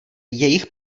jejich